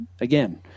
again